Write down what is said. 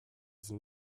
sind